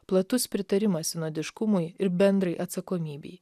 platus pritarimas sinodiškumui ir bendrai atsakomybei